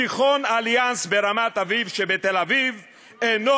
תיכון "אליאנס" ברמת-אביב שבתל-אביב אינו